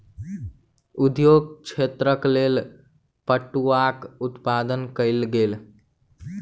उद्योग क्षेत्रक लेल पटुआक उत्पादन कयल गेल